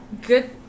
Good